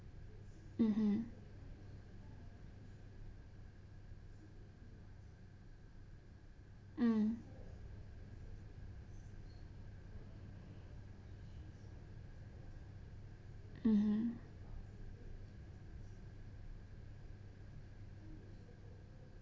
mmhmm mm mmhmm